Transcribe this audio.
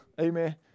Amen